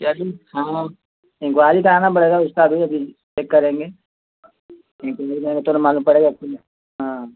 क्या चीज हाँ इंक्वारी कराना पड़ेगा उसका अभी अभी चेक करेंगे कहीं पे ले जाएँगे तो ना मालूम पड़ेगा कुछ ना हाँ